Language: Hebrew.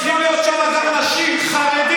צריכים להיות שם גם אנשים חרדים.